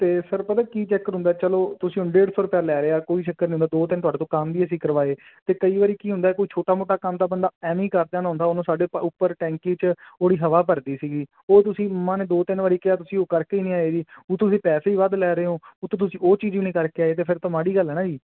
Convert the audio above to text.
ਤੇ ਸਰ ਪਤਾ ਕੀ ਚੈੱਕਰ ਹੁੰਦਾ ਚਲੋ ਤੁਸੀਂ ਡੇਡ ਸੋ ਰੁਪਏ ਲੈ ਰਿਹਾ ਕੋਈ ਚੱਕਰ ਨਹੀਂ ਹੁੰਦਾ ਦੋ ਤਿੰਨ ਤੁਹਾਡੇ ਤੋਂ ਕੰਮ ਵੀ ਅਸੀਂ ਕਰਵਾਏ ਤੇ ਕਈ ਵਾਰੀ ਕੀ ਹੁੰਦਾ ਕੋਈ ਛੋਟਾ ਮੋਟਾ ਖਾਂਦਾ ਬੰਦਾ ਐਵੇਂ ਕਰ ਦਿੰਦਾ ਹੁੰਦਾ ਹੁਣ ਸਾਡੇ ਉਪਰ ਟੈਂਕੀ 'ਚ ਹਵਾ ਭਰ ਗਈ ਸੀ ਉਸ ਤੁਸੀਂ ਮਾਮਾ ਨੇ ਦੋ ਤਿੰਨ ਵਾਰ ਕਿਹਾ ਹੋ ਤੁਸੀਂ ਕਰ ਕੇ ਆਏ ਜੇ ਹੁਣ ਤੁਸੀਂ ਪੈਸੇ ਵੀ ਵੱਧ ਲੈ ਰਹੇ ਹੋ ਉਤੋਂ ਤੁਸੀਂ ਉਹ ਚੀਜ ਵੀ ਨਹੀ ਕਰ ਕੇ ਆਏ ਫਿਰ ਤਾਂ ਮਾੜੀ ਗੱਲ ਹੈ ਨਾ ਜੀ